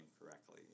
correctly